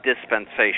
dispensation